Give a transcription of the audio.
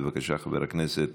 בבקשה, חבר הכנסת